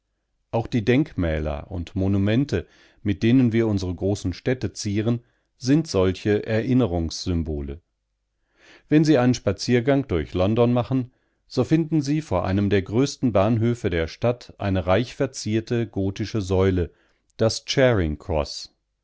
auch die denkmäler und monumente mit denen wir unsere großen städte zieren sind solche erinnerungssymbole wenn sie einen spaziergang durch london machen so finden sie vor einem der größten bahnhöfe der stadt eine reichverzierte gotische säule das charing